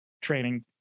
training